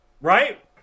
Right